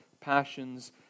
passions